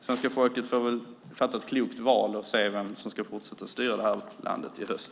Svenska folket får väl göra ett klokt val och se vem som ska fortsätta styra det här landet i höst.